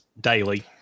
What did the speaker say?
daily